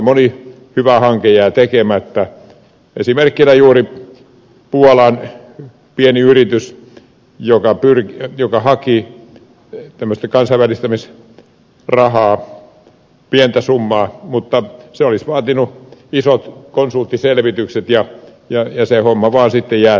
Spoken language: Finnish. moni hyvä hanke jää tekemättä esimerkkinä juuri puolan pieni yritys joka haki tämmöistä kansainvälistämisrahaa pientä summaa mutta se olisi vaatinut isot konsulttiselvitykset ja se homma vaan sitten jäi tekemättä